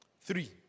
Three